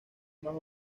más